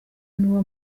n’uwo